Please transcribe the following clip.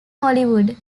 hollywood